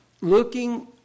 looking